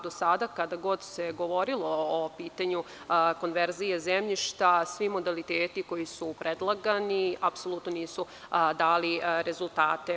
Do sada kada god se govorilo o pitanju konverzije zemljišta, svi modaliteti koji su predlagani, apsolutno nisu dali rezultate.